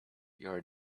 your